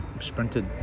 sprinted